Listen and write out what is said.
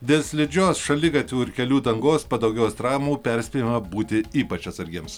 dėl slidžios šaligatvių ir kelių dangos padaugėjus traumų perspėjama būti ypač atsargiems